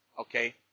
Okay